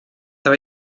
tra